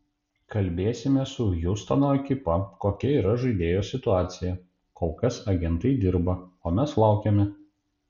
kalbėsime su hjustono ekipa kokia yra žaidėjo situacija kol kas agentai dirba o mes laukiame